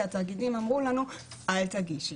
כי התאגידים אמרו לנו לא להגיש.